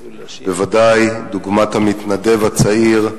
בוודאי דוגמת המתנדב הצעיר,